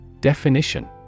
Definition